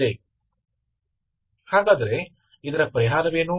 तो समाधान क्या है